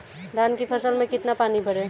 धान की फसल में कितना पानी भरें?